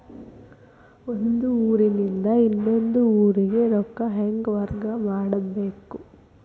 ಒಂದ್ ಊರಿಂದ ಇನ್ನೊಂದ ಊರಿಗೆ ರೊಕ್ಕಾ ಹೆಂಗ್ ವರ್ಗಾ ಮಾಡ್ಬೇಕು?